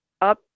Up